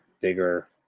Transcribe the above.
bigger